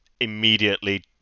immediately